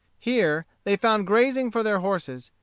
here they found grazing for their horses,